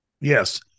Yes